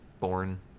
born